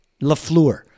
LaFleur